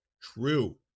True